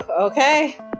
okay